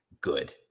good